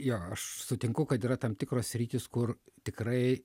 jo aš sutinku kad yra tam tikros sritys kur tikrai